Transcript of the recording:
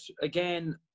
again